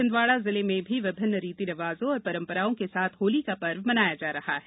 छिंदवाड़ा जिले में भी विभिन्न रीति रिवाजों और परम्पराओं के साथ होली का पर्व मनाया जा रहा है